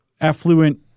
affluent